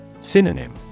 Synonym